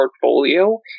portfolio